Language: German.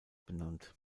benannt